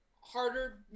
harder